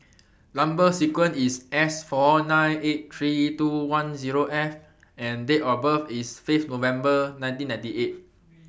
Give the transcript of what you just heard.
Number sequence IS S four nine eight three two one Zero F and Date of birth IS Fifth November nineteen ninety eight